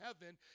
heaven